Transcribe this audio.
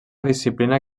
disciplina